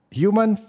human